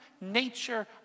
nature